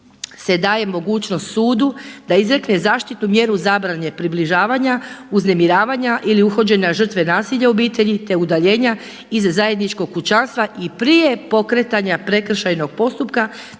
se daje mogućnost sudu da izrekne zaštitnu mjeru zabrane približavanja, uznemiravanja ili uhođenja žrtve nasilja u obitelji te udaljenja iz zajedničkog kućanstva i prije pokretanja prekršajnog postupka